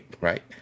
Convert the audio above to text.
right